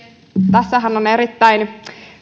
tässähän on erittäin